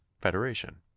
federation